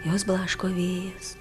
juos blaško vėjas